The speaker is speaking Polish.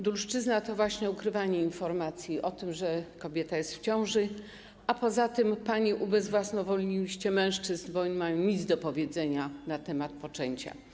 Dulszczyzna to właśnie ukrywanie informacji o tym, że kobieta jest w ciąży, a poza tym panie ubezwłasnowolniłyście mężczyzn, bo oni nie mają nic do powiedzenia na temat poczęcia.